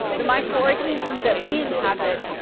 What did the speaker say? the microorganisms that we inhabit,